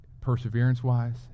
perseverance-wise